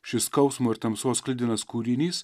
šis skausmo ir tamsos sklidinas kūrinys